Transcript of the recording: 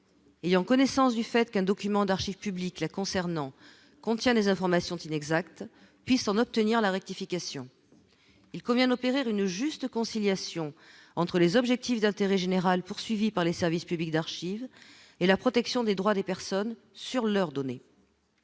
ayant connaissance du fait qu'un document d'archives publiques la concernant, contient des informations d'inexactes puisse en obtenir la rectification, il convient d'opérer une juste conciliation entre les objectifs d'intérêt général, poursuivi par les services publics d'archives et la protection des droits des personnes sur leur donner,